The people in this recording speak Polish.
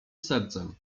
sercem